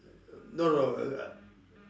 no no no I